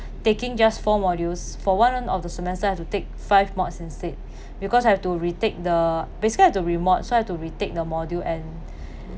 taking just four modules for one of the semesters I have to take five mods instead because I have to retake the basically I've to so I've to retake the module and